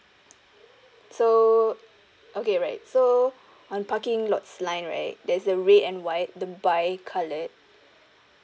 so okay right so on parking lots line right there's a red and white the bi coloured